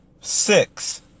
Six